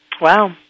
Wow